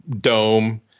dome